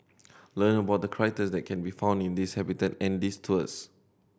learn about the critter that can be found in this habitat in these tours